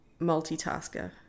multitasker